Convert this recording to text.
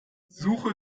suche